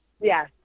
yes